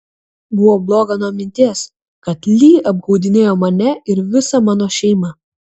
buvo bloga nuo minties kad lee apgaudinėjo mane ir visą mano šeimą